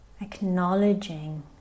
acknowledging